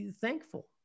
thankful